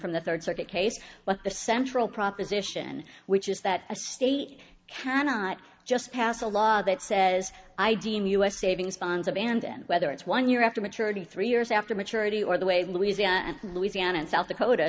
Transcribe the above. from the third circuit case but the central proposition which is that a state cannot just pass a law that says i deem us savings bonds abandoned whether it's one year after maturity three years after maturity or the way louisiana and louisiana and south dakota